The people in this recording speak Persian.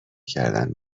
کردن